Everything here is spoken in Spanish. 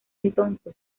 entonces